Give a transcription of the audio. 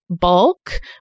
bulk